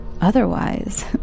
Otherwise